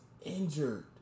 injured